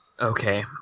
Okay